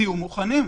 תהיו מוכנים.